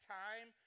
time